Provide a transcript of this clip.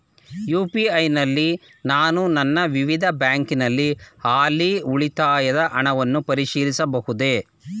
UPI ನಲ್ಲಿ ನಾನು ನನ್ನ ವಿವಿಧ ಬ್ಯಾಂಕಿನ ಹಾಲಿ ಉಳಿತಾಯದ ಹಣವನ್ನು ಪರಿಶೀಲಿಸಬಹುದೇ?